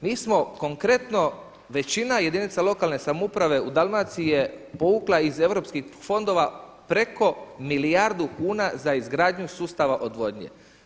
Mi smo konkretno, većina jedinica lokalne samouprave u Dalmaciji je povukla iz europskih fondova preko milijardu kuna za izgradnju sustava odvodnje.